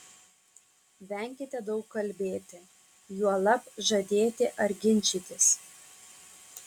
venkite daug kalbėti juolab žadėti ar ginčytis